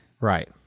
Right